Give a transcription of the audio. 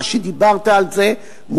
דיברת על זה,